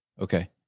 Okay